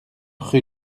rue